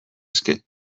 eske